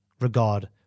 regard